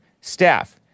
staff